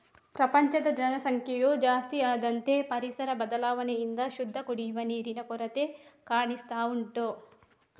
ಪ್ರಪಂಚದ ಜನಸಂಖ್ಯೆಯು ಜಾಸ್ತಿ ಆದಂತೆ ಪರಿಸರ ಬದಲಾವಣೆಯಿಂದ ಶುದ್ಧ ಕುಡಿಯುವ ನೀರಿನ ಕೊರತೆ ಕಾಣಿಸ್ತಾ ಉಂಟು